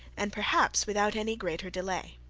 and perhaps without any greater delay.